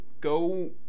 go –